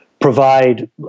provide